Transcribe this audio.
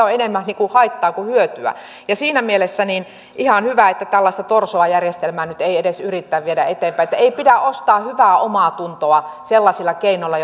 on enemmän haittaa kuin hyötyä siinä mielessä on ihan hyvä että tällaista torsoa järjestelmää nyt ei ei edes yritetä viedä eteenpäin ei pidä ostaa hyvää omaatuntoa sellaisilla keinoilla